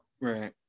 right